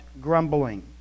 grumbling